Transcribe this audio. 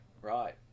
right